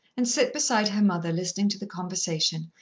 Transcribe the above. and sit beside her mother, listening to the conversation,